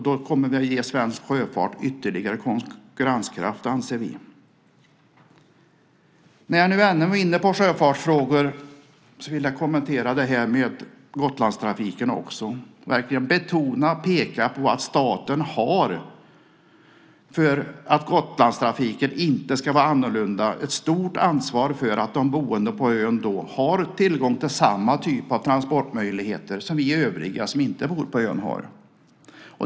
Det kommer att ge svensk sjöfart ytterligare konkurrenskraft, anser vi. När jag nu ändå är inne på sjöfartsfrågor vill jag kommentera Gotlandstrafiken och verkligen betona att staten har, för att Gotlandstrafiken inte ska vara annorlunda, ett stort ansvar för att de boende på ön har tillgång till samma typ av transportmöjligheter som övriga som inte bor på ön.